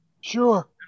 Sure